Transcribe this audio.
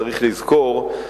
צריך לזכור,